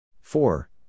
Four